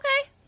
okay